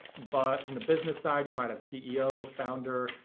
but from the business side you might have ceo, founder,